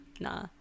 Nah